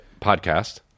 podcast